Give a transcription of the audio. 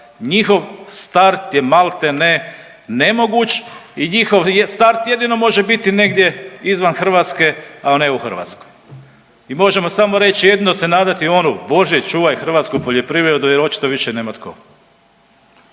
Njihov start je maltene nemoguć i njihov start jedino može biti negdje izvan Hrvatske, a ne u Hrvatskoj. I možemo samo reći i jedino se nadati onu Bože čuvaj hrvatsku poljoprivredu jer očito više nema tko.